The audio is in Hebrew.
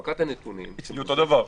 אצלי אותו דבר.